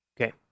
Okay